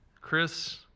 Chris